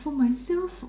for myself